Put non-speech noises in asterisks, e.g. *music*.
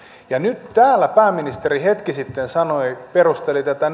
ja nyt kun täällä pääministeri hetki sitten perusteli tätä *unintelligible*